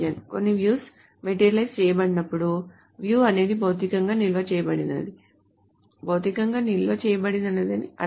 కొన్ని views materialise చేయబడినప్పుడు view అనేది భౌతికంగా నిల్వ చేయబడిందని భౌతికంగా నిల్వ చేయబడిందని అర్థం